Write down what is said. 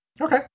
Okay